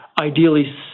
ideally